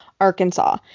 Arkansas